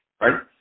right